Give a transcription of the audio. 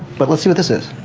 but let's see what this is.